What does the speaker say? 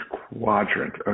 quadrant